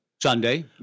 Sunday